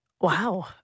Wow